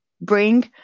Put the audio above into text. bring